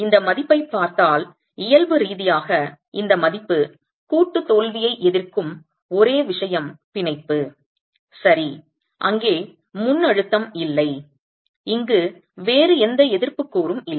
இந்த மதிப்பைப் பார்த்தால் இயல்பு ரீதியாக இந்த மதிப்பு கூட்டு தோல்வியை எதிர்க்கும் ஒரே விஷயம் பிணைப்பு சரி அங்கே முன்அழுத்தம் இல்லை இங்கு வேறு எந்த எதிர்ப்பு கூறும் இல்லை